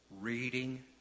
Reading